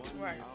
Right